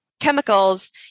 chemicals